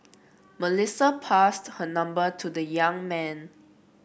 Melissa passed her number to the young man